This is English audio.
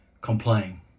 complain